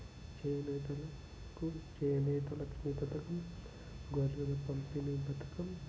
చేనేతల కు చేనేత లక్ష్మి పథకం గొర్రెలు పంపిణీ పథకం